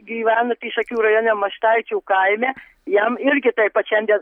gyvenantį šakių rajone maštaičių kaime jam irgi taip pat šiandien